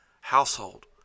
household